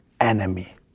enemy